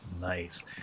Nice